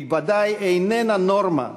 היא בוודאי איננה נורמה,